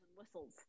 whistles